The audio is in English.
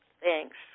Thanks